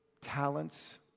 talents